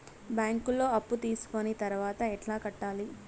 బ్యాంకులో అప్పు తీసుకొని తర్వాత ఎట్లా కట్టాలి?